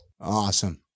Awesome